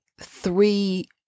three